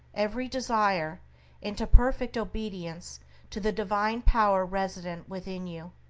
every desire into perfect obedience to the divine power resident within you.